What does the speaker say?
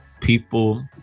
People